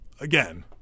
again